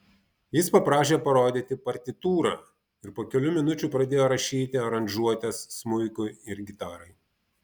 jis paprašė parodyti partitūrą ir po kelių minučių pradėjo rašyti aranžuotes smuikui ir gitarai